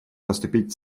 поступить